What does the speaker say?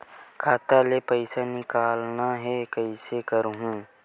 खाता ले पईसा निकालना हे, कइसे करहूं?